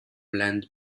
land